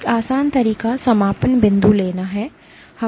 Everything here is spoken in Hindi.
एक आसान तरीका समापन बिंदु लेना है